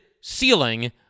ceiling